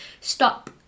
stop